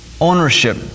ownership